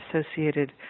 associated